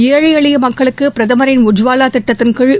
ஏழை எளிய மக்களுக்கு பிரதமரின் உஜ்வாலா திட்டத்தின்கீழ்